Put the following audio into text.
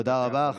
תודה רבה.